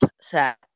set